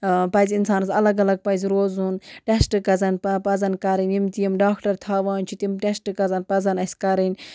پَزِ اِنسانَس الگ الگ پَزِ روزُن ٹٮ۪سٹہٕ کَزَن پَزَن کَرٕنۍ یِم تہِ یِم ڈاکٹَر تھاوان چھِ تِم ٹٮ۪سٹہٕ کَزَن پَزَن اَسہِ کَرٕنۍ